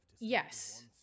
Yes